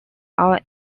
all